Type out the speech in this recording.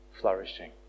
flourishing